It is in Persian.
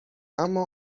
اما